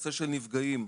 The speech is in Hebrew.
בנושא נפגעים,